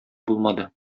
булмады